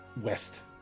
west